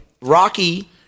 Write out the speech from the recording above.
Rocky